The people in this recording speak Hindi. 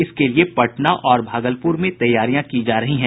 इसके लिए पटना और भागलपुर में तैयारियां की जा रही हैं